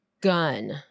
gun